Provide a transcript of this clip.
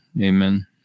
amen